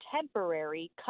temporary